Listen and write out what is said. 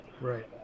Right